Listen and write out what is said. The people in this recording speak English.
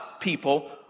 people